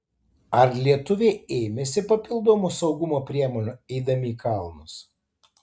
ar lietuviai ėmėsi papildomų saugumo priemonių eidami į kalnus